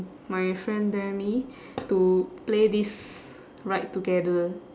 my friend dare me to play this ride together